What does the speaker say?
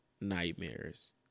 nightmares